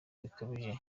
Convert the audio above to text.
bikabije